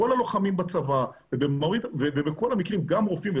כל הלוחמים בצבא ובכל המקרים גם רופאים,